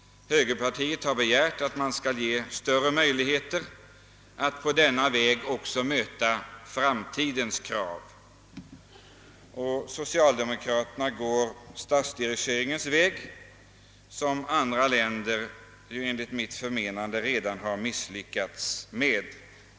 Högerpartiet har begärt att man skall förbättra möjligheterna att på denna väg möta också framtidens krav. Socialdemokraterna går statsdirigeringens väg vilket man i andra länder enligt mitt förmenande redan misslyckats med.